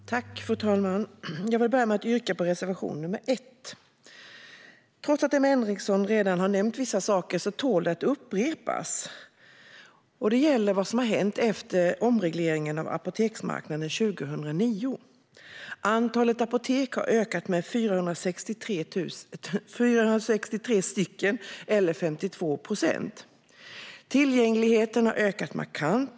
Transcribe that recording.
Fru talman! Jag vill börja med att yrka bifall till reservation nr 1. Emma Henriksson har nämnt vissa saker som tål att upprepas. Det gäller vad som har hänt efter omregleringen av apoteksmarknaden 2009. Antalet apotek har ökat med 463, vilket innebär 52 procent. Tillgängligheten har ökat markant.